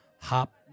Hop